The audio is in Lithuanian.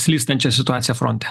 slystančią situaciją fronte